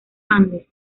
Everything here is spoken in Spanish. andes